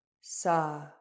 sa